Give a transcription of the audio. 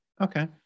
Okay